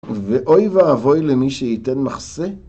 ואוי ואבוי למי שייתן מחסה.